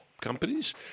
companies